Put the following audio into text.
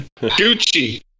Gucci